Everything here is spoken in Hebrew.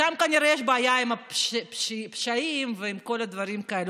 שם כנראה שיש בעיה עם פשעים ועם כל הדברים האלו.